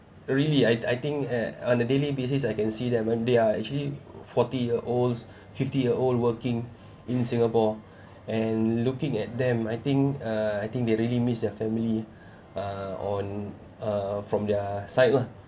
really I I think eh on the daily basis I can see them and they are actually forty year olds fifty year old working in singapore and looking at them I think err I think they really missed their family uh on uh from their side lah